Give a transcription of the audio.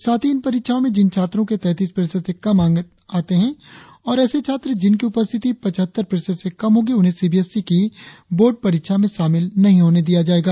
साथ ही इन परीक्षाओं में जिन छात्रों के तैंतीस प्रतिशत से कम अंक आते है और ऐसे छात्र जिनकी उपस्थिति पचहत्तर प्रतिशत से कम होगी उन्हें सीबीएसई की बोर्ड परीक्षा में शामिल नहीं होने दिया जाएगा